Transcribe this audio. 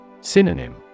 Synonym